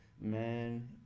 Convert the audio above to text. man